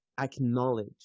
Acknowledge